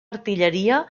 artilleria